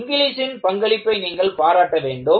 இங்லீஸின் பங்களிப்பை நீங்கள் பாராட்ட வேண்டும்